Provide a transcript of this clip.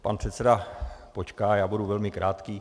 Pan předseda počká, já budu velmi krátký.